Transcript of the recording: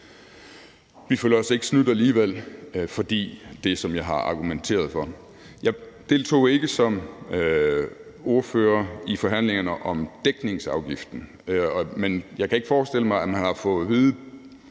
Vi føler os ikke snydt alligevel af den grund, som jeg har argumenteret for. Jeg deltog ikke som ordfører i forhandlingerne om dækningsafgiften, men jeg kan ikke forestille mig, at man har fået andet